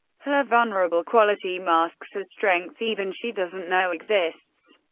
her vulnerable quality masks a strength even she doesn't know exists.